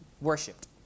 worshipped